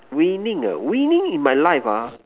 winning uh winning in my life ah